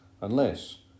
Unless